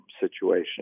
situation